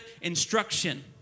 instruction